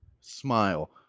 Smile